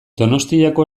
donostiako